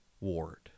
Ward